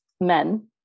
men